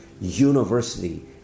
University